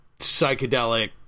psychedelic